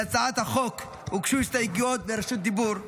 להצעת החוק הוגשו הסתייגויות ובהקשות רשות דיבור.